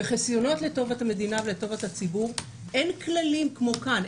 בחסיונות לטובת המדינה ולטובת הציבור אין כללים כמו כאן,